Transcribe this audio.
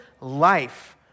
life